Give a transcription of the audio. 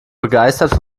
begeistert